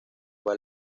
fue